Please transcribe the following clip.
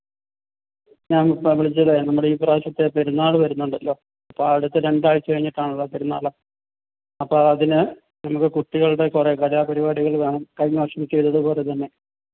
ഞാൻ ഞാൻ വിളിച്ചതേ നമ്മുടെ ഈ പ്രാവശ്യത്തെ പെരുന്നാൾ വരുന്നുണ്ടല്ലോ അപ്പം അടുത്ത രണ്ടാഴ്ച്ച കഴിഞ്ഞിട്ടാണല്ലോ പെരുന്നാൾ അപ്പം അതിന് നമുക്ക് കുട്ടികളുടെ കുറേ കലാ പരിപാടികൾ വേണം കഴിഞ്ഞ വർഷം ചെയ്തതു പോലെ തന്നെ